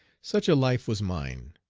such a life was mine,